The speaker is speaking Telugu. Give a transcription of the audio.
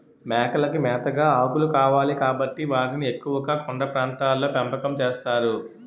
మేకలకి మేతగా ఆకులు కావాలి కాబట్టి వాటిని ఎక్కువుగా కొండ ప్రాంతాల్లో పెంపకం చేస్తారు